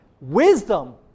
Wisdom